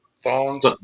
thongs